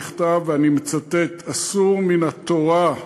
נכתב, ואני מצטט: "אסור מן התורה"